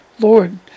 Lord